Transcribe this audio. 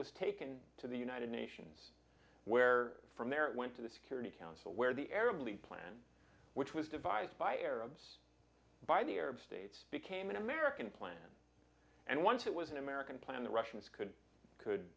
was taken to the united nations where from there it went to the security council where the arab league plan which was devised by arabs by the arab states became an american plan and once it was an american plan the russians could could